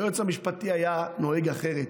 היועץ המשפטי היה נוהג אחרת.